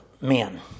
men